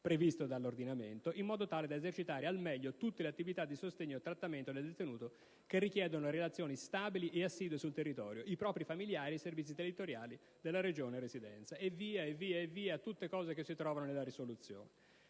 previsto dall'ordinamento, in modo tale da esercitare al meglio tutte le attività di sostegno e trattamento del detenuto che richiedono relazioni stabili e assidue sul territorio, con i propri familiari e i servizi territoriali della regione di residenza; e, via via, tutte le cose che si trovano nella proposta